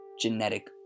genetic